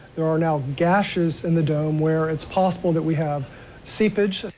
there are now gashes in the dome where it is possible that we have seepage.